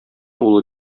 улы